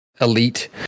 elite